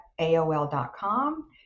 AOL.com